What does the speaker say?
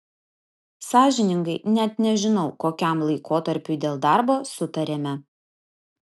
sąžiningai net nežinau kokiam laikotarpiui dėl darbo sutarėme